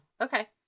Okay